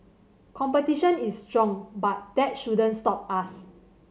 competition is strong but that shouldn't stop us